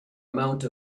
amount